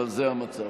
אבל זה המצב.